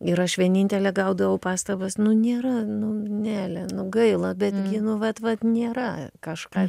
ir aš vienintelė gaudavau pastabas nu nėra nu nele nu gaila betgi nu vat vat nėra kažką